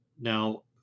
Now